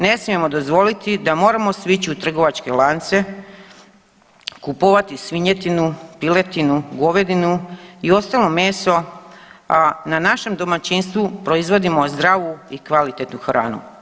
Ne smijemo dozvolit da moramo svi ići u trgovačke lance, kupovati svinjetinu, piletinu, govedinu i ostalo meso, a na našem domaćinstvu proizvodimo zdravu i kvalitetnu hranu.